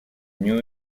new